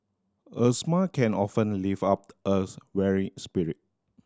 a smile can often lift up weary spirit